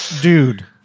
Dude